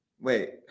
Wait